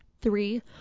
Three